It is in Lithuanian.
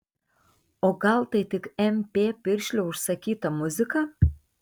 o gal tai tik mp piršlio užsakyta muzika